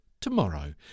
tomorrow